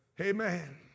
amen